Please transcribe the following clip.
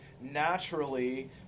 naturally